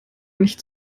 nicht